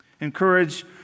Encourage